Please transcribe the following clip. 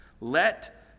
Let